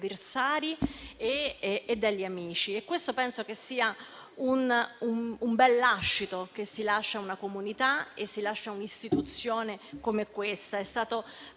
Grazie